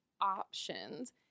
options